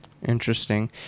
Interesting